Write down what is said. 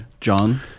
John